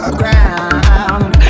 ground